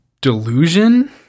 delusion